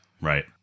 Right